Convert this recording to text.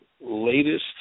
latest